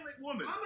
woman